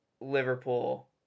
Liverpool